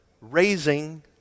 raising